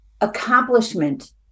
accomplishment